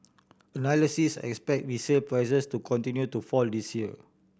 analysis expect resale prices to continue to fall this year